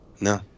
No